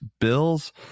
Bills